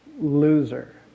Loser